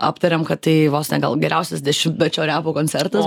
aptarėm kad tai vos ne gal geriausias dešimtmečio repo koncertas